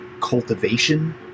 cultivation